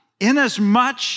Inasmuch